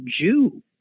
Jew